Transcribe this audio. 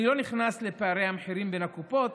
אני לא נכנס לפערי המחירים בין הקופות,